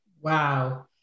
Wow